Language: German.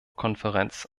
konferenz